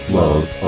love